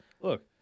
Look